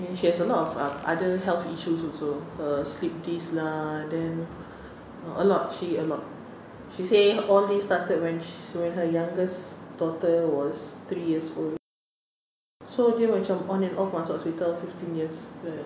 and she has a lot of err other health issues also her slipped disc lah then a lot she a lot she say all these started when she when her youngest daughter was three years old so dia macam on and off hospital fifteen years uh